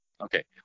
Okay